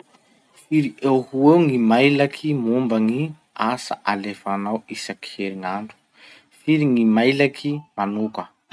Firy eo ho eo gny mailaky momba gny asa alefanao isaky herinandro? Firy gny mailaky manoka?